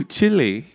Chile